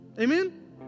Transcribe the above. Amen